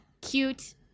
Cute